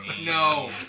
No